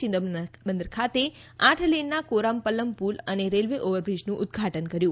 ચિદમ્બરનાર બંદર ખાતે આઠ લેનના કોરામપલ્લમ પુલ અને રેલવે ઓવરબ્રિજનું ઉદઘાટન કર્યું